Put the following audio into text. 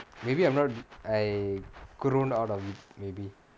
maybe I'm not I grown out of it maybe